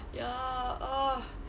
ya ugh